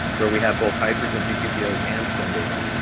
where we have both high-frequency qpos and spin data.